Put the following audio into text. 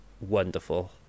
wonderful